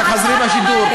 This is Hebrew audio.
ותחזרו בשידור,